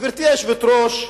גברתי היושבת-ראש,